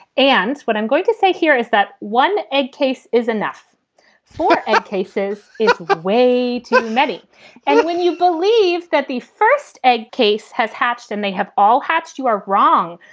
and what i'm going to say here is that one egg case is enough for egg cases it's way too many and when you believe that the first egg case has hatched and they have all hatched, you are wrong.